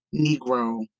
Negro